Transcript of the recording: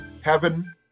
heaven